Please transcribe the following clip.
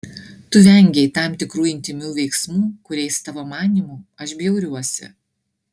tu vengei tam tikrų intymių veiksmų kuriais tavo manymu aš bjauriuosi